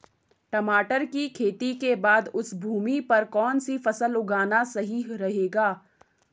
टमाटर की खेती के बाद उस भूमि पर कौन सी फसल उगाना सही रहेगा?